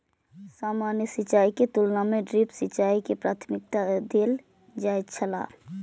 सामान्य सिंचाई के तुलना में ड्रिप सिंचाई के प्राथमिकता देल जाय छला